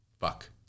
fuck